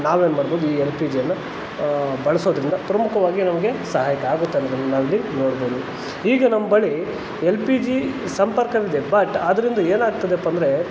ನಾವೇನ್ಮಾಡ್ಬೋದ್ ಈ L P ಜಿಯನ್ನು ಬಳಸೋದ್ರಿಂದ ಪ್ರಮುಖವಾಗಿ ನಮಗೆ ಸಹಾಯಕ ಆಗುತ್ತೆ ಅನ್ನೋದನ್ನು ನಾವಿಲ್ಲಿ ನೋಡ್ಬೋದು ಈಗ ನಮ್ಮ ಬಳಿ ಎಲ್ ಪಿ ಜಿ ಸಂಪರ್ಕವಿದೆ ಬಟ್ ಅದರಿಂದ ಏನಾಗ್ತಿದೆಯಪ್ಪ ಅಂದರೆ